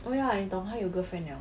oh ya 你懂他有 girlfriend liao